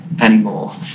anymore